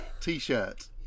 T-shirt